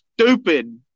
stupid